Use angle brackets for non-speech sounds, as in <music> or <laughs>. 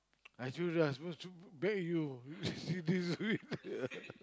I choose lah supposed to be you <laughs> you see this <laughs>